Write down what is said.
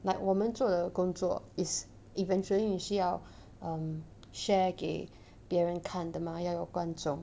like 我们做的工作 is eventually 你需要 um share 给别人看的嘛要有观众